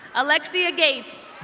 alexia gates.